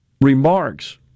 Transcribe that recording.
remarks